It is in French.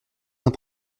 d’un